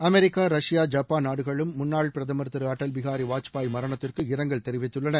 America Russia Japan நாடுகளும் முன்னாள் பிரதமர் திரு அட்டல் பிகாரி வாஜ்பாய் மரணத்திற்கு இரங்கல் தெரிவித்துள்ளன